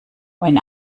when